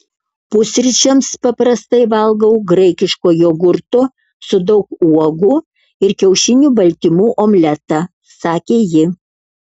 pusryčiams paprastai valgau graikiško jogurto su daug uogų ir kiaušinių baltymų omletą sakė ji